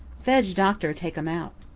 fedge doctor take um out.